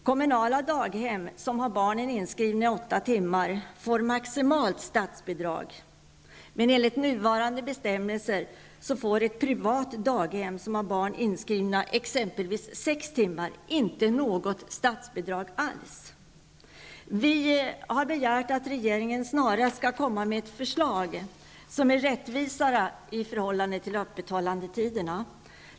Kommunala daghem som har barnen inskrivna i åtta timmar får maximalt statsbidrag, men enligt nuvarande bestämmelser får ett privat daghem som har barn inskrivna exempelvis sex timmar inte något statsbidrag alls. Vi har begärt att regeringen snarast skall komma med ett förslag som är rättvisare i förhållande till öppethållandetiderna.